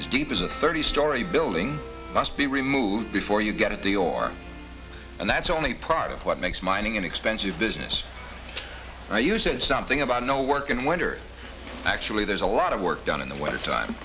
as deep as a thirty story building must be removed before you get a deal or and that's only part of what makes mining an expensive business and uses something about no work in winter actually there's a lot of work done in the wintertime